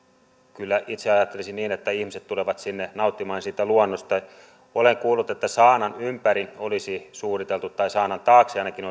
kyllä itse ajattelisin niin että ihmiset tulevat sinne nauttimaan siitä luonnosta olen kuullut että saanan ympäri olisi suunniteltu tai saanan taakse ainakin